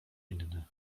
inny